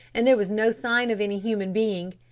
and there was no sign of any human being.